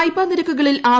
വായ്പ നിരക്കുകളിൽ ആർ